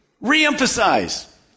Re-emphasize